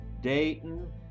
Dayton